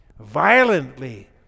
violently